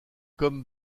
comme